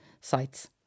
sites